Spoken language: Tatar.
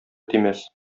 тимәс